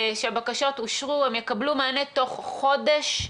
שהבקשות אושרו, הם יקבלו מענה בתוך חודש.